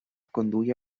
conduïa